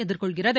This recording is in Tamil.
எதிர்கொள்கிறது